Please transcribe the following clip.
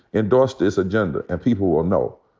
endorse this agenda and people will know.